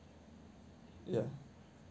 ya